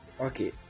okay